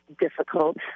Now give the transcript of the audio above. difficult